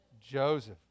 Joseph